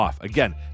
Again